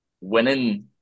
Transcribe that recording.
winning